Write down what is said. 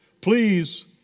Please